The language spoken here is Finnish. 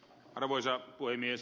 arvoisa puhemies